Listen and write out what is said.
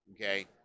okay